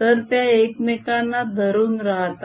तर त्या एकमेकांना धरून राहतात